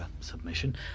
submission